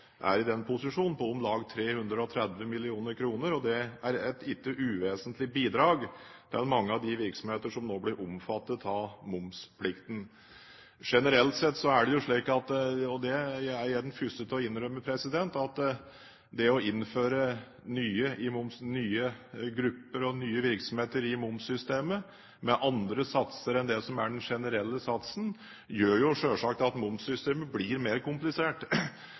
på om lag 330 mill. kr. Det er ikke et uvesentlig bidrag til mange av de virksomhetene som nå blir omfattet av momsplikten. Generelt sett er det jo slik – og jeg er den første til å innrømme det – at det å innføre nye grupper og nye virksomheter i momssystemet med andre satser enn det som er den generelle satsen, gjør jo selvsagt at momssystemet blir mer komplisert.